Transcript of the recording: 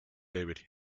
david